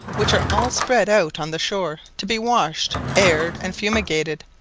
which are all spread out on the shore, to be washed, aired, and fumigated,